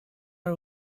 are